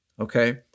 Okay